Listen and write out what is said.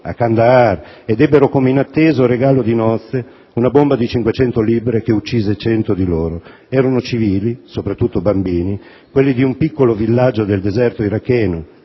a Kandahar ed ebbero come inatteso regalo di nozze una bomba da 500 libre che uccise 100 di loro; erano civili, soprattutto bambini, quelli di un piccolo villaggio del deserto iracheno,